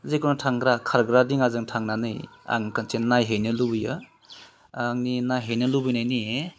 जेखुनु थांग्रा खारग्रा दिङाजों थांनानै आं खनसे नायहैनो लुगैयो आंनि नायहैनो लुगैनायनि